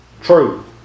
true